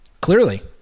Clearly